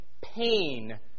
pain